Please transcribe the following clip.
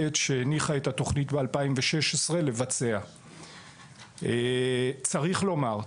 בעת שהניחה את התוכנית בשנת 2016. צריך לומר,